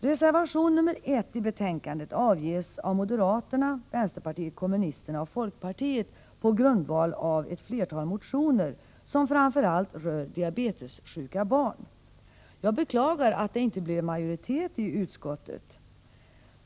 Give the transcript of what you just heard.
Reservation nr 1 i betänkandet avges av moderaterna, vänsterpartiet kommunisterna och folkpartiet på grundval av ett flertal motioner som framför allt rör diabetessjuka barn. Jag beklagar att det inte blev majoritet i utskottet för motionärernas förslag.